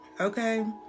Okay